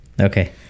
Okay